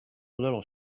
little